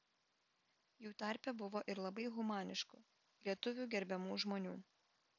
jų tarpe buvo ir labai humaniškų lietuvių gerbiamų žmonių